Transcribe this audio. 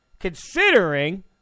Considering